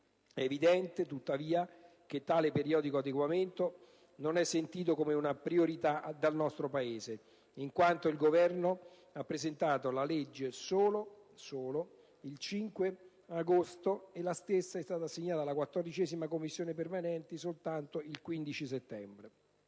È evidente tuttavia che tale periodico adeguamento non è sentito come una priorità dal nostro Paese, in quanto il Governo ha presentato il disegno di legge solo - lo sottolineo - il 5 agosto e lo stesso è stato assegnato alla 14ª Commissione permanente soltanto il 15 settembre.